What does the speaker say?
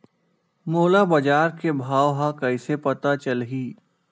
मोला बजार के भाव ह कइसे पता चलही?